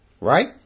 Right